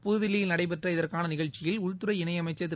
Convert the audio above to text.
புதுதில்லியில் நடைபெற்ற இதற்கான நிகழ்ச்சியில் உள்துறை இணையமைச்சர் திரு